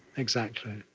exactly.